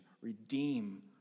redeem